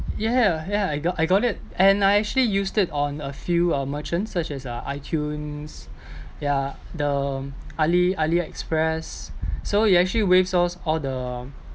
yeah yeah I got I got it and I actually used on a few uh merchants such as uh itunes yeah the ali~ aliexpress so it actually waives off all the